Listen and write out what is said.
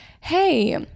hey